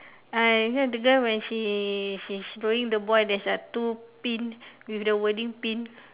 uh here the girl when she she's throwing the ball there's a two pin with a wording pin